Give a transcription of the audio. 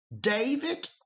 David